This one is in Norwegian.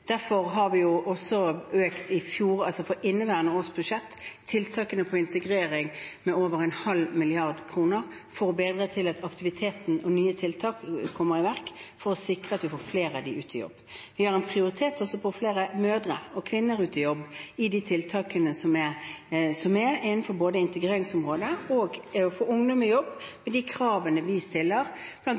Derfor har vi også på inneværende års budsjett økt tiltakene på integrering med over 0,5 mrd. kr for å bedre aktiviteten og sørge for at nye tiltak settes i verk for å sikre at vi får flere av dem ut i jobb. Vi har en prioritet også på flere mødre og kvinner ut i jobb i de tiltakene som er innenfor integreringsområdet, og å få ungdom ut i jobb, og vi stiller krav bl.a. om aktivitetsplikt for sosialhjelp for alle under 30 år, som bidrar til at vi